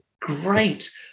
great